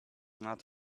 not